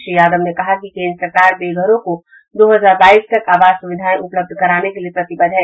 श्री यादव ने कहा कि केन्द्र सरकार बेघरों को दो हजार बाईस तक आवास सुविधाएं उपलब्ध कराने के लिए प्रतिबद्ध है